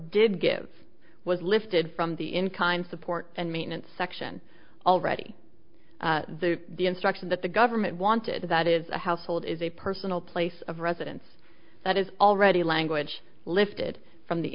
did give was lifted from the in kind support and maintenance section already the instruction that the government wanted that is a household is a personal place of residence that is already language lifted from the